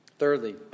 Thirdly